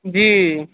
جی